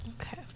okay